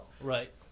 right